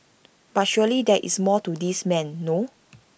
but surely there is more to this man no